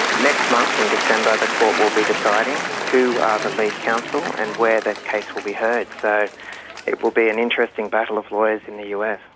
next month in december the court will be deciding who are the lead counsel and where the case will be heard. so it will be an interesting battle of lawyers in the us.